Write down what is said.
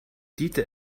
dieter